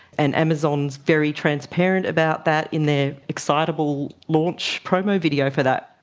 and amazon very transparent about that in their excitable launch promo video for that.